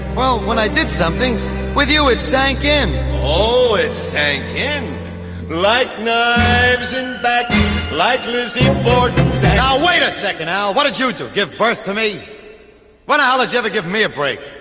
well, when i did something with you, it sank in oh, it sank in like knives in back like lizzie borden saying, oh, wait a second, i wanted you to give birth to me when i like love ever give me a break